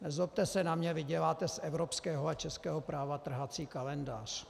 Nezlobte se na mě, vy děláte z evropského a českého práva trhací kalendář.